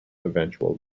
eventual